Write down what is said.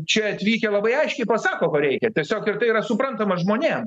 čia atvykę labai aiškiai pasako ko reikia tiesiog ir tai yra suprantama žmonėm